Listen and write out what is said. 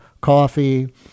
coffee